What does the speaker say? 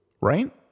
Right